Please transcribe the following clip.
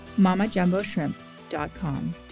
MamaJumboShrimp.com